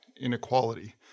inequality